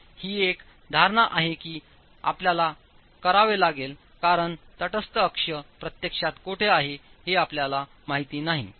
ही एक धारणा आहे की आपल्याला करावे लागेल कारणतटस्थ अक्ष प्रत्यक्षातकोठे आहे हे आपल्याला माहिती नाही